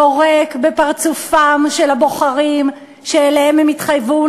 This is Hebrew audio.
יורק בפרצופם של הבוחרים שאליהם הם התחייבו,